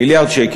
מיליארד שקל.